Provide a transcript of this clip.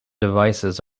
devices